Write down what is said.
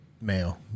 male